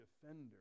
defender